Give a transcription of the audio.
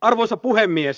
arvoisa puhemies